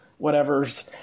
whatevers